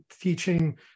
teaching